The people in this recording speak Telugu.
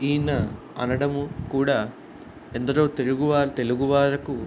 ఈయన అనడం కూడా ఎందరో తెలుగువారు తెలుగువాళ్ళకు